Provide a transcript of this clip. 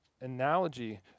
analogy